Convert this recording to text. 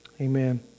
Amen